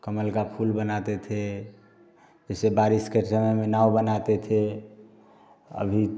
कमल का फूल बनाते थे जैसे बारिश के समय में नाव बनाते थे अभी